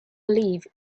believe